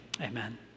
Amen